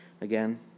Again